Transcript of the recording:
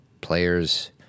players